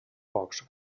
pocs